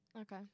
Okay